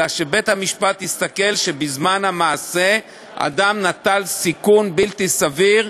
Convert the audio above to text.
אלא שבית-המשפט יראה שבזמן המעשה אדם נטל סיכון בלתי סביר.